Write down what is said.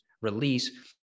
release